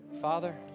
Father